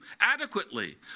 adequately